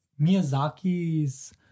Miyazaki's